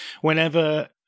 whenever